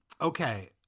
Okay